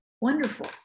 wonderful